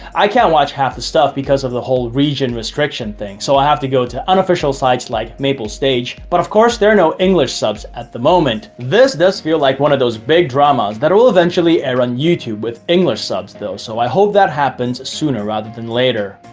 i can't even watch half the stuff because of the whole region restriction thing so i have to go to unofficial sites like maplestage but of course there are no english subs at the moment. this does feel like one of those big dramas that will eventually air on youtube with english subs though so i hope that happens sooner rather than later.